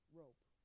rope